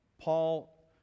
Paul